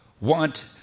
want